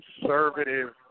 conservative